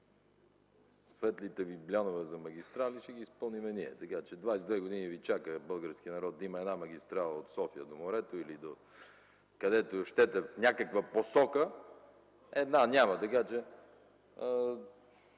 светлите ви блянове за магистрали ще ги изпълним ние. Двадесет и две години ви чака българският народ да има една магистрала от София до морето или докъдето щете в някаква посока – една няма, така че